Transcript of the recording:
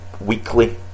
weekly